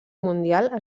mundial